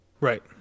Right